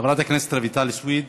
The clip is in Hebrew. חברת הכנסת רויטל סויד,